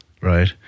right